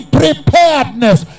preparedness